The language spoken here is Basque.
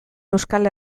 euskal